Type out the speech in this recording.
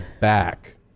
back